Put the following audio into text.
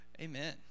amen